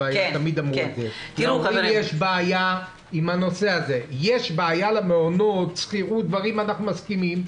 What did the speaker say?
יש בעיה למעונות, שכירות אנחנו מסכימים.